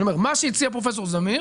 אני אומר, מה שהציע פרופ' זמיר